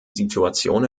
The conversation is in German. situation